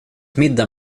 middag